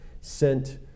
Sent